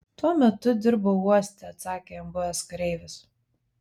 tuo metu dirbau uoste atsakė jam buvęs kareivis